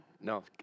No